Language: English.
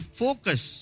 focus